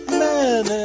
men